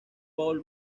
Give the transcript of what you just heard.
paul